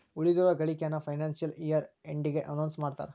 ಉಳಿದಿರೋ ಗಳಿಕೆನ financial year ಎಂಡಿಗೆ ಅನೌನ್ಸ್ ಮಾಡ್ತಾರಾ